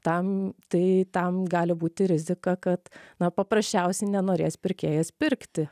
tam tai tam gali būti rizika kad na paprasčiausiai nenorės pirkėjas pirkti